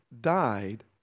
died